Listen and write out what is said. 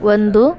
ಒಂದು